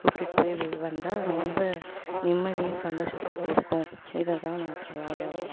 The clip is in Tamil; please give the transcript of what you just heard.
கூப்பிட்டுட்டு போய் வந்தால் ரொம்ப நிம்மதியும் சந்தோஷத்தையும் கொடுக்கும் இதை தான் நான் சொல்ல விரும்புகிறோம்